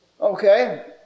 Okay